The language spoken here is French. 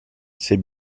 ces